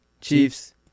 Chiefs